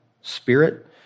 spirit